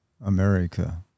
America